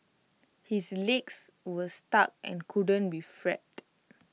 his legs was stuck and couldn't be freed